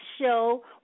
show